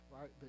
right